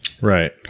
Right